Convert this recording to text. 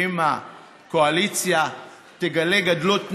אם הקואליציה תגלה גדלות נפש,